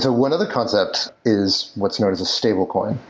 so one other concept is what's now is a stable coin.